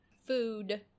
food